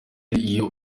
iyo